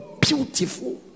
beautiful